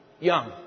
Young